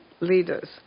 leaders